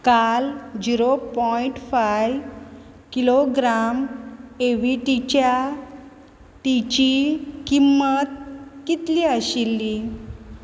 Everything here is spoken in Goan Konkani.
काल झिरो पॉयंट फायव किलोग्राम एविटीच्या टीची किंमत कितली आशिल्ली